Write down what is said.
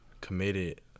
committed